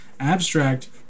abstract